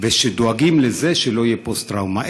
ודואגים לזה שלא יהיה פוסט-טראומה,